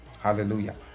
hallelujah